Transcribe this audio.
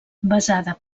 basada